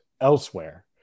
elsewhere